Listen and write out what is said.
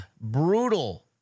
brutal